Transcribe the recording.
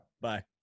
Bye